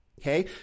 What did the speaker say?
okay